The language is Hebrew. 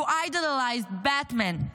who idolized Batman,